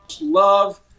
love